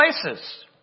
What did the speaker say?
places